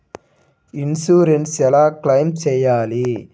Insurance ఎలా claim చేయాలి?